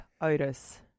Otis